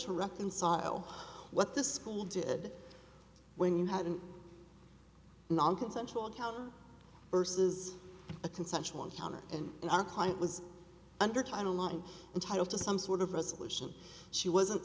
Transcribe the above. to reconcile what the school did when you had an nonconsensual account verses a consensual encounter and our client was under tight a lot and entitle to some sort of resolution she wasn't